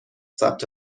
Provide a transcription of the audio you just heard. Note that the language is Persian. ثبت